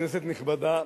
כנסת נכבדה,